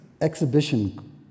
exhibition